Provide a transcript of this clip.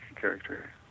character